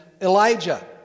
Elijah